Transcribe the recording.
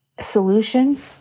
solution